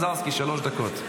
לא.